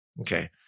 Okay